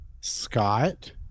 Scott